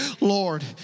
Lord